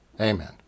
Amen